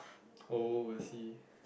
oh I see